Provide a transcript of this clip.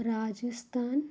രാജസ്ഥാന്